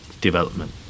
development